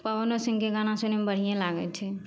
पवनो सिंहके गाना सुनैमे बढ़िएँ लागै छै